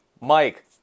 Mike